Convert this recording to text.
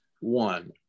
One